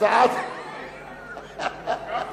הצעת חוק